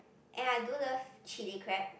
and I do love chili crab